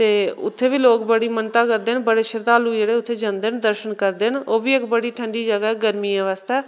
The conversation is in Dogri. ते उत्थे बी लोग बड़ी मानता करदे न बड़े श्रद्धालु जेह्ड़े उत्थै जंदे न दर्शन करदे न ओह् बी इक बड़ी ठंडी जगह ऐ गर्मियें आस्तै